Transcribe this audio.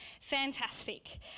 Fantastic